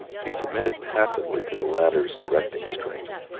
he submitted passively to the latter's directing strength.